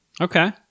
Okay